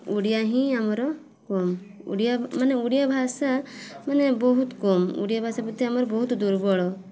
ଓଡ଼ିଆ ହିଁ ଆମର କମ୍ ଓଡ଼ିଆ ମାନେ ଓଡ଼ିଆ ଭାଷା ମାନେ ବହୁତ କମ୍ ଓଡ଼ିଆ ଭାଷା ପ୍ରତି ଆମର ବହୁତ ଦୁର୍ବଳ